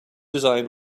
designed